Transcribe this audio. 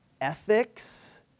ethics